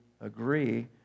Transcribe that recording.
agree